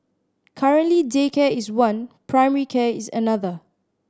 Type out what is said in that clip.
currently daycare is one primary care is another